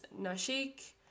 Nashik